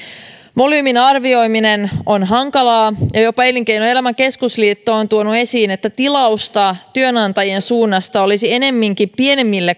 volyymin arvioiminen on hankalaa ja jopa elinkeinoelämän keskusliitto on on tuonut esiin että tilausta työnantajien suunnasta olisi ennemminkin pienemmille